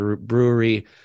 Brewery